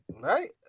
Right